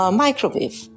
microwave